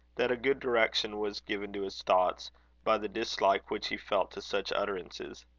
that a good direction was given to his thoughts by the dislike which he felt to such utterances.